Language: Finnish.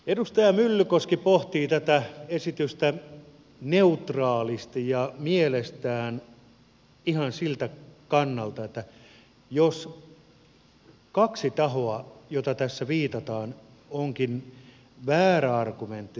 edustaja myllykoski pohtii tätä esitystä neutraalisti ja mielestään ihan siltä kannalta että jos kaksi tahoa joihin tässä viitataan ovatkin väärä argumentti